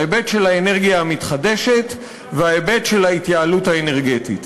ההיבט של האנרגיה המתחדשת וההיבט של ההתייעלות האנרגטית.